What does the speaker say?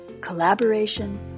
collaboration